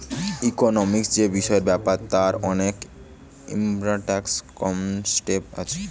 economic যে বিষয় ব্যাপার তার অনেক ইম্পরট্যান্ট কনসেপ্ট আছে